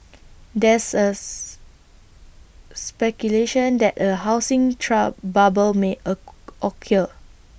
there's A speculation that A housing bubble may occur